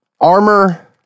armor